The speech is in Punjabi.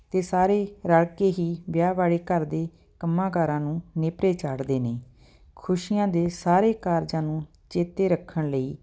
ਅਤੇ ਸਾਰੇ ਰਲ ਕੇ ਹੀ ਵਿਆਹ ਵਾਲੇ ਘਰ ਦੇ ਕੰਮਾਂਕਾਰਾਂ ਨੂੰ ਨੇਪਰੇ ਚਾੜਦੇ ਨੇ ਖੁਸ਼ੀਆਂ ਦੇ ਸਾਰੇ ਕਾਰਜਾਂ ਨੂੰ ਚੇਤੇ ਰੱਖਣ ਲਈ